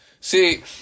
see